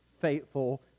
faithful